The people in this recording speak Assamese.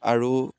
আৰু